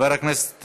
חבר הכנסת